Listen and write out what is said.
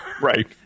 right